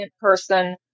person